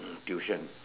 tuition